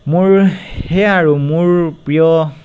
মোৰ সেয়া আৰু মোৰ প্ৰিয়